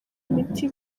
imiti